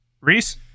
Reese